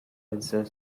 answer